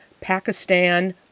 Pakistan